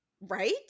Right